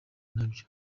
nabyo